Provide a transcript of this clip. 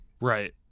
Right